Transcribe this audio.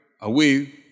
away